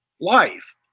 life